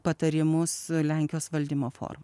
patarimus lenkijos valdymo forma